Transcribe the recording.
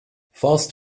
fast